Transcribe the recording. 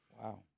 Wow